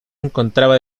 encontraba